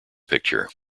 picture